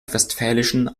westfälischen